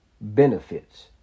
benefits